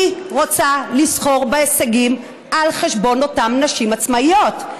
היא רוצה לסחור בהישגים על חשבון אותן נשים עצמאיות.